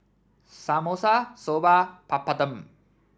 Samosa Soba Papadum